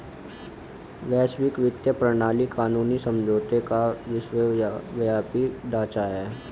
वैश्विक वित्तीय प्रणाली कानूनी समझौतों का विश्वव्यापी ढांचा है